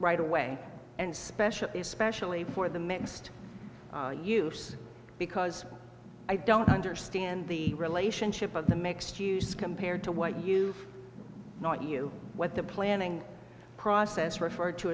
right away and special is specially for the mixed use because i don't understand the relationship or the mixed use compared to what you know what you what the planning process referred to